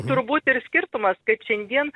turbūt ir skirtumas kad šiandien